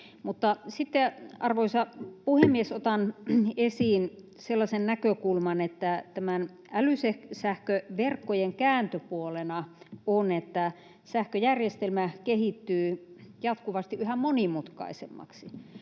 arvoisa puhemies, otan esiin sellaisen näkökulman, että näiden älysähköverkkojen kääntöpuolena on, että sähköjärjestelmä kehittyy jatkuvasti yhä monimutkaisemmaksi,